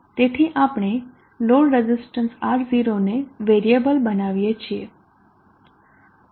તેથી આપણે load resistance R0 ને વેરિયેબલ બનાવીએ છીએ